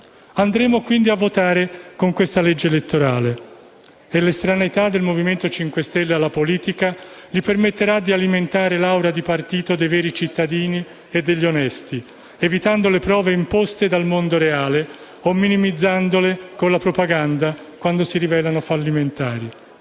Andremo quindi a votare con questa legge elettorale e l'estraneità del Movimento 5 Stelle alla politica gli permetterà di alimentare l'aura di partito dei veri cittadini e degli onesti, evitando le prove imposte dal mondo reale, o minimizzandole con la propaganda quando si rivelano fallimentari.